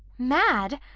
mad!